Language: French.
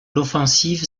l’offensive